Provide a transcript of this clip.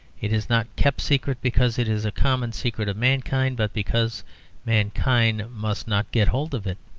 it is not kept secret because it is a common secret of mankind, but because mankind must not get hold of it.